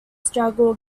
struggle